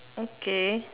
okay